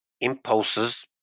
impulses